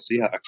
Seahawks